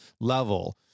level